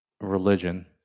religion